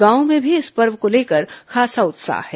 गांवों में भी इस पर्व को लेकर खासा उत्साह है